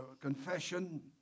confession